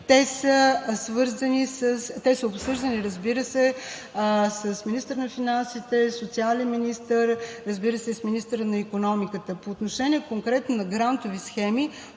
Те са обсъждани, разбира се, с министъра на финансите, социалния министър, министъра на икономиката. По отношение конкретно на грантови схеми.